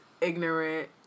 ignorant